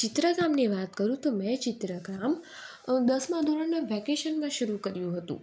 ચિત્રકામની વાત કરું તો મેં ચિત્રકામ અ દસમા ધોરણના વેકેશનમાં શરૂ કર્યું હતું